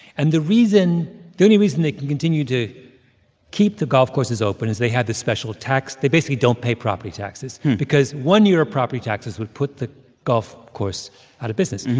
and the reason the only reason they can continue to keep the golf courses open is they have this special tax they basically don't pay property taxes because one year of property taxes would put the golf course out of business.